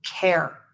care